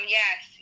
yes